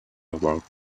walked